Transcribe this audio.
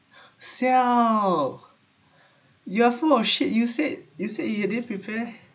siao you are full of shit you said you said you didn't prepare